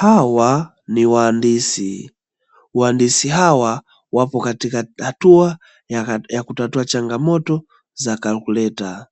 Hawa ni waandisi, waandisi hawa wapo katika hatua ya kutatua changamoto za "calculator",